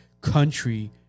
country